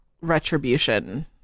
retribution